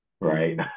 Right